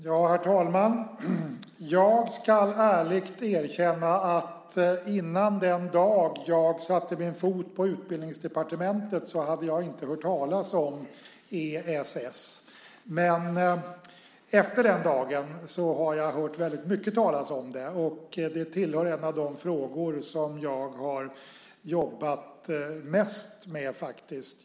Herr talman! Jag ska ärligt erkänna att innan den dag jag satte min fot på Utbildningsdepartementet hade jag inte hört talas om ESS. Men efter den dagen har jag hört väldigt mycket talas om det. Det är en av de frågor som jag har jobbat mest med faktiskt.